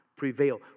Prevail